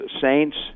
Saints